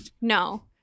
No